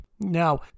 Now